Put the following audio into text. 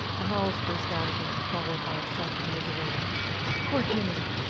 the howls burst out again followed by a self-commiserating poor jimmy,